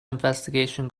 investigation